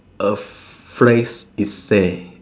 a phrase is say